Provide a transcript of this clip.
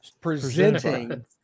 presenting